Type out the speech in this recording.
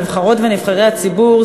נבחרות ונבחרי הציבור,